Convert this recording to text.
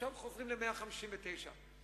ועכשיו חוזרים ל-159 שקלים.